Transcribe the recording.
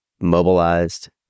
mobilized